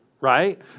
Right